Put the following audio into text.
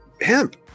hemp